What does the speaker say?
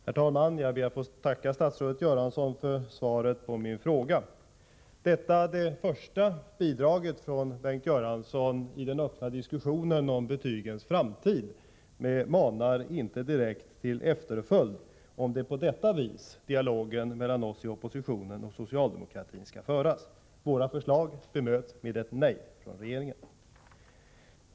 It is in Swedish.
Herr talman! Jag ber att få tacka statsrådet Göransson för svaret på min fråga. Detta det första bidraget från Bengt Göransson i den öppna diskussionen om betygens framtid manar inte direkt till efterföljd om det är på detta vis som dialogen mellan oss i oppositionen och socialdemokraterna skall föras. Våra förslag bemöts med ett nej från regeringen.